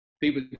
People